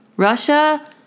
Russia